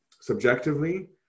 subjectively